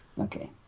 Okay